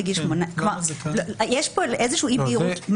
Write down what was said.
בגיל 18 כלומר יש פה איזה שהיא אי בהירות,